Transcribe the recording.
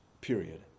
period